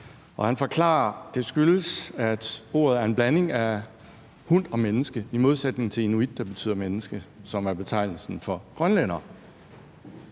og han forklarer, at det skyldes, at betydningen af ordet er en blanding af hund og menneske i modsætning til inuit, som betyder menneske, og som er betegnelsen for grønlændere.